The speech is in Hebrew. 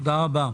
תודה רבה.